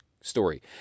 story